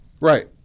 Right